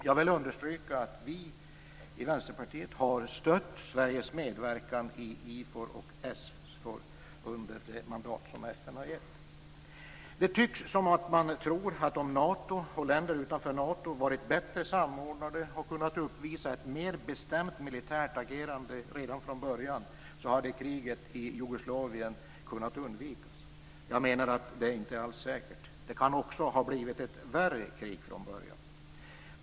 Jag vill understryka att vi i Vänsterpartiet har stött Sveriges medverkan i IFOR och SFOR under det mandat som FN har gett. Det tycks som om man tror att om Nato och länder utanför Nato varit bättre samordnade och kunnat uppvisa ett mer bestämt militärt agerande redan från början hade kriget i Jugoslavien kunnat undvikas. Jag menar att det inte alls är säkert. Det kunde också ha blivit ett värre krig från början.